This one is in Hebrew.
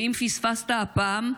ואם פספסת הפעם,